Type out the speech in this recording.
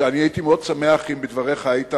הייתי מאוד שמח אם בדבריך היית